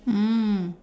mm